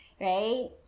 right